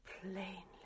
plainly